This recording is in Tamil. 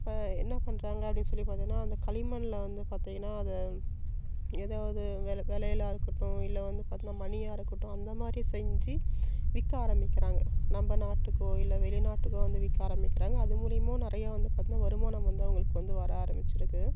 இப்போ என்ன பண்ணுறாங்க அப்படின்னு சொல்லி பார்த்திங்கன்னா அந்த களிமண்ணில் வந்து பார்த்திங்கன்னா அதை எதாவது வெ வளையலா இருக்கட்டும் இல்லை வந்து பார்த்தின்னா மணியாக இருக்கட்டும் அந்த மாதிரி செஞ்சு விற்க ஆரம்மிக்கிறாங்க நம்ம நாட்டுக்கோ இல்லை வெளி நாட்டுக்கோ வந்து விற்க ஆரம்மிக்கிறாங்க அது மூலமும் நிறைய வந்து பார்த்தன்னா வருமானம் வந்து அவங்களுக்கு வந்து வர ஆரம்மிச்சிருக்கு